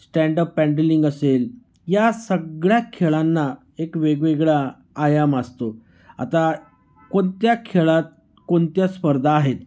stand-up paddling असेल या सग्गळ्या खेळांना एक वेगवेगळा आयाम असतो आता कोणत्या खेळात कोणत्या स्पर्धा आहेत